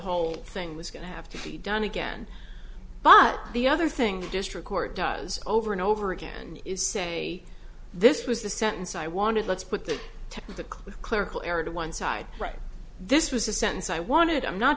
whole thing was going to have to be done again but the other thing district court does over and over again is say this was the sentence i wanted let's put that to the clerical error to one side right this was a sentence i wanted i'm not